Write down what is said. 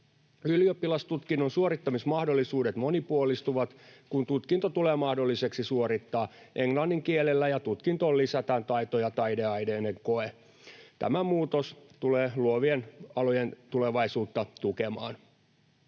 Ylioppilastutkinnon suorittamismahdollisuudet monipuolistuvat, kun tutkinto tulee mahdolliseksi suorittaa englannin kielellä ja tutkintoon lisätään taito- ja taideaineiden koe. Tämä muutos tulee luovien alojen tulevaisuutta tukemaan.